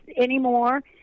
anymore